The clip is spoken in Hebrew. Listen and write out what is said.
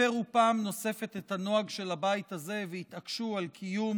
הפרו פעם נוספת את הנוהג של הבית הזה והתעקשו על קיום